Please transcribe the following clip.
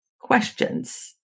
questions